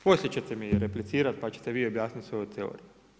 Poslije ćete mi replicirati, pa ćete vi objasniti svoju teoriju.